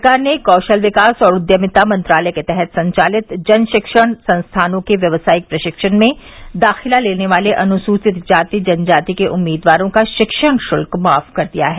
सरकार ने कौशल विकास और उद्यमिता मंत्रालय के तहत संचालित जन शिक्षण संस्थानों के व्यावसायिक प्रशिक्षण में दाखिला लेने वाले अनुसूचित जाति जनजाति के उम्मीदवारों का शिक्षण शुल्क माफ कर दिया है